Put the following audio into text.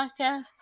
podcast